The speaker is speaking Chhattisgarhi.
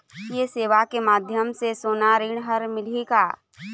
ये सेवा के माध्यम से सोना ऋण हर मिलही का?